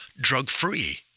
drug-free